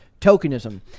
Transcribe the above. tokenism